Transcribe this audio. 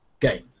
game